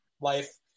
life